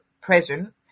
present